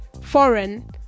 foreign